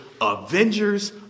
Avengers